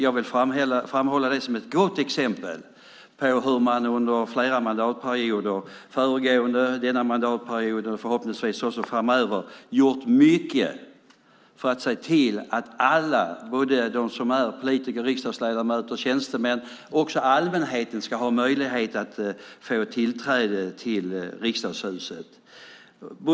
Jag vill framhålla det som ett gott exempel på hur man under flera mandatperioder - föregående mandatperiod, denna mandatperiod och förhoppningsvis också framöver - gjort mycket för att se till att alla, politiker, riksdagsledamöter, tjänstemän och allmänheten, ska ha möjlighet att få tillträde till Riksdagshuset.